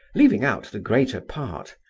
leaving out the greater part.